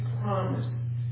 promise